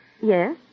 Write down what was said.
Yes